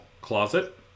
closet